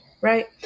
right